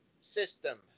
system